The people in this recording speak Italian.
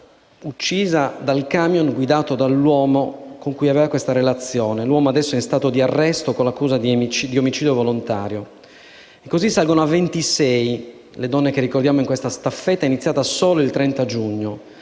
investita dal *camion* guidato dall'uomo con cui aveva questa relazione. L'uomo adesso è in stato di arresto, con l'accusa di omicidio volontario. Salgono così a 26 le donne che abbiamo ricordato in questa staffetta, iniziata solo il 30 giugno.